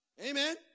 Amen